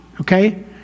okay